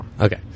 Okay